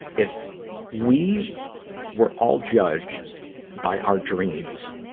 if we were all judged by our dreams,